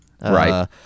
Right